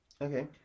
Okay